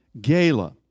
Gala